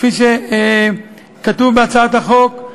כפי שכתוב בהצעת החוק,